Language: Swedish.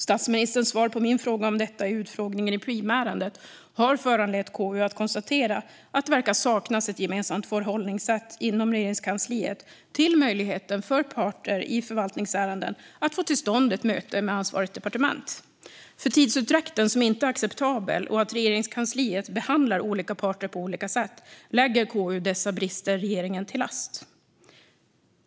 Statsministerns svar på min fråga om detta i utfrågningen i Preemärendet har föranlett KU att konstatera att det verkar saknas ett gemensamt förhållningssätt inom Regeringskansliet till möjligheten för parter i förvaltningsärenden att få till stånd ett möte med ansvarigt departement. För tidsutdräkten, som inte är acceptabel, och för att Regeringskansliet behandlar olika parter på olika sätt lägger KU dessa brister regeringen till last.